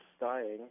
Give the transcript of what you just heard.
dying